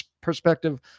perspective